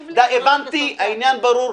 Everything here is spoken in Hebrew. הבנתי, העניין ברור.